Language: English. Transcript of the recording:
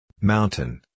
Mountain